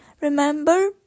Remember